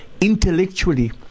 intellectually